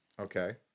Okay